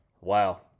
Wow